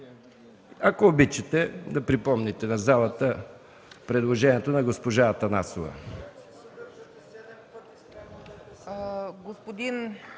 Ако обичате, да припомните на залата предложението на госпожа Атанасова.